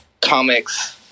comics